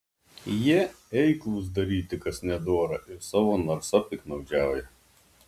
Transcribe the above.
jie eiklūs daryti kas nedora ir savo narsa piktnaudžiauja